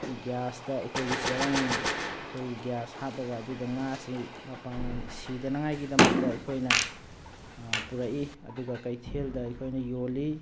ꯒ꯭ꯌꯥꯁꯇ ꯑꯩꯈꯣꯏꯒꯤ ꯆꯦꯔꯪ ꯑꯩꯈꯣꯏꯒꯤ ꯒ꯭ꯌꯥꯁ ꯍꯥꯞꯂꯒ ꯑꯗꯨꯗ ꯉꯥꯁꯤ ꯃꯄꯥꯡꯒꯟ ꯁꯤꯗꯅꯉꯥꯏ ꯒꯤꯗꯃꯛꯇ ꯑꯩꯈꯣꯏꯅ ꯄꯨꯔꯛꯏ ꯑꯗꯨꯒ ꯀꯩꯊꯦꯜꯗ ꯑꯩꯈꯣꯏꯅ ꯌꯣꯜꯂꯤ